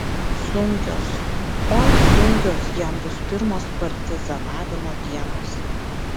sunkios oi sunkios jam bus pirmos partizanavimo dienos